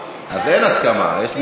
אז אין הסכמה, יש חינוך,